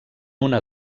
una